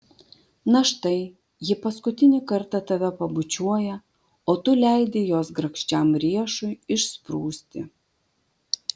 na štai ji paskutinį kartą tave pabučiuoja o tu leidi jos grakščiam riešui išsprūsti